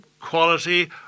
quality